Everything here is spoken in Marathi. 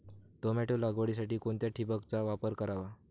टोमॅटो लागवडीसाठी कोणत्या ठिबकचा वापर करावा?